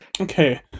Okay